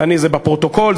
זה בפרוטוקול,